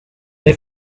they